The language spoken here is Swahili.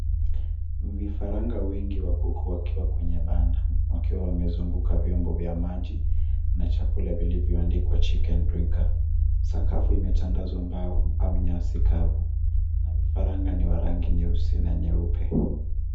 Vifaranga wengi wa kuku wakiwa kwenye panda, wakiwa wamezungwa vyombo vya maji na chakula vilivyoandikwa chicken drinker. Sakafu imetangazwa mbao au nyasi kafu na vifaranga ni wa rangi nyeusi na nyeupe.